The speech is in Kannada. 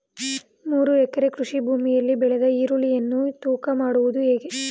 ಮೂರು ಎಕರೆ ಕೃಷಿ ಭೂಮಿಯಲ್ಲಿ ಬೆಳೆದ ಈರುಳ್ಳಿಯನ್ನು ತೂಕ ಮಾಡುವುದು ಹೇಗೆ?